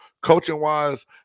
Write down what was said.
Coaching-wise